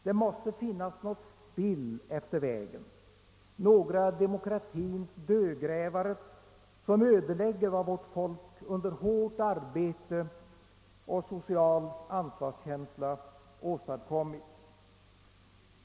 Det måste finnas något spill efter vägen, några demokratins dödgrävare, som ödelägger vad vårt folk under hårt arbete och social ansvarskänsla åstadkommit.